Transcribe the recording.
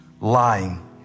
lying